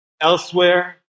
Elsewhere